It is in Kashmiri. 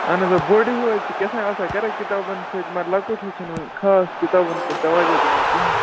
اَہن حظ آ بوٚڈ ہیٚو حظ چھُ کیتھانۍ آسان کَران کِتابن سۭتۍ مگر لۄکُٹ ہیٚو چھُنہٕ وٕنہِ خاص کِتابن کُن توجہ دِوان کِہیٖنۍ